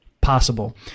possible